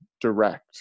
direct